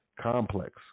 complex